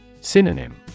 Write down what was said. synonym